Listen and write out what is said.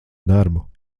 darbu